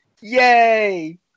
Yay